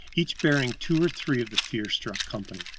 each bearing two or three of the fear-struck company.